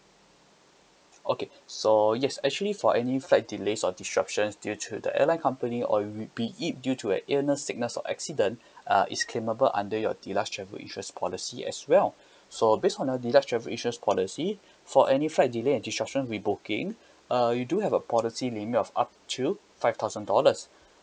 okay so yes actually for any flight delays or disruptions due to the airline company or it be it due to an illness sickness or accident uh it's claimable under your deluxe travel insurance policy as well so based on the deluxe travel insurance policy for any flight delay and disruption rebooking uh you do have a policy mainly of up to five thousand dollars